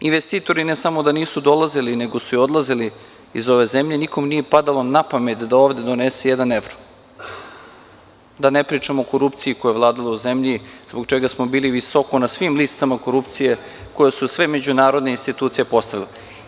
Investitori ne samo da nisu dolazili, nego su i odlazili iz ove zemlje, nikome nije padalo na pamet da ovde donese jedan evro, da ne pričam o korupciji koja je vladala u zemlji, zbog čega smo bili visoko na svim listama korupcije koje su sve međunarodne institucije postavile.